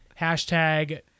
Hashtag